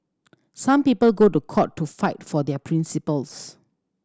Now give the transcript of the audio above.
some people go to court to fight for their principles